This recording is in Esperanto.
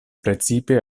precipe